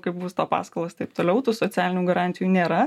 kaip būsto paskolos taip toliau tų socialinių garantijų nėra